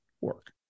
work